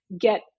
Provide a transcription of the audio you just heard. get